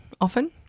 often